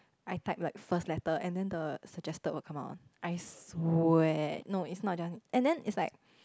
I type like first letter and then the suggested will come out I swear no it's not just and then it's like